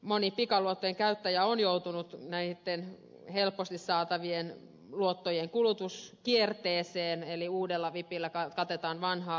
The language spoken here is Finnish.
moni pikaluottojen käyttäjä on joutunut näitten helposti saatavien luottojen kulutuskierteeseen eli uudella vipillä katetaan vanhaa vippiä